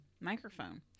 microphone